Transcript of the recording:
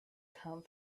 come